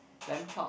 lamb chop